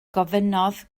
gofynnodd